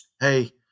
hey